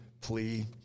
plea